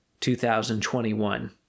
2021